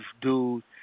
dude